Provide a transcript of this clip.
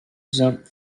exempt